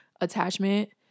attachment